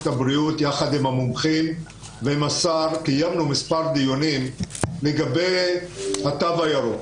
הבריאות עם המומחים ועם השר לגבי התו הירוק.